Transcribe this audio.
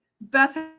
Beth